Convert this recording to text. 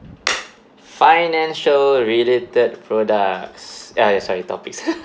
financial related products ya eh sorry topics